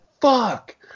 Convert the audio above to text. fuck